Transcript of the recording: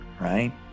right